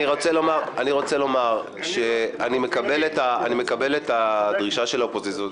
אני רוצה לומר שאני מקבל את הדרישה של האופוזיציה.